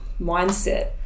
mindset